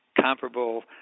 comparable